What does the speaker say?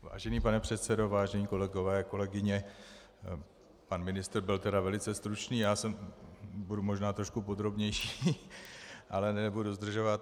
Vážený pane předsedo, vážení kolegové, kolegyně, pan ministr byl tedy velice stručný, já budu možná trošku podrobnější, ale nebudu zdržovat.